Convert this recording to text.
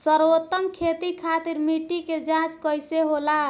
सर्वोत्तम खेती खातिर मिट्टी के जाँच कईसे होला?